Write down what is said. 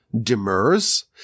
demurs